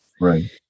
right